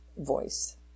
voice